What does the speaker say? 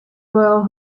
royal